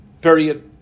Period